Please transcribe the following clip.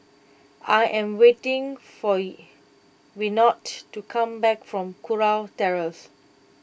I am waiting for Yvette to come back from Kurau Terrace